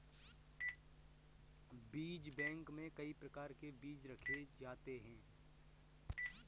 बीज बैंक में कई प्रकार के बीज रखे जाते हैं